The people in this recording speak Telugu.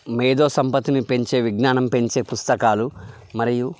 మేధోసంపత్తిని పెంచే విజ్ఞానం పెంచే పుస్తకాలు మరియు